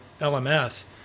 LMS